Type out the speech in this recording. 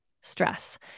stress